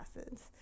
acids